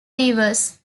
beavers